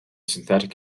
synthetic